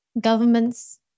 governments